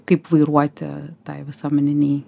kaip vairuoti tai visuomeninei